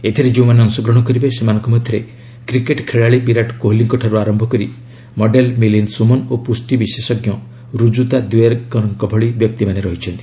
ଏଥିରେ ଯେଉଁମାନେ ଅଂଶଗ୍ରହଣ କରିବେ ସେମାନଙ୍କ ମଧ୍ୟରେ କ୍ରିକେଟ୍ ଖେଳାଳି ବିରାଟ୍ କୋହଲିଙ୍କଠାର୍ ଆରମ୍ଭ କରି ମଡେଲ୍ ମିଲିନ୍ଦ୍ ସୋମନ ଓ ପ୍ରଷ୍ଟି ବିଶେଷଜ୍ଞ ରୁଜୁତା ଦିୱେକର୍ଙ୍କ ଭଳି ବ୍ୟକ୍ତିମାନେ ଅଛନ୍ତି